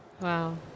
Wow